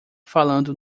falando